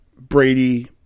Brady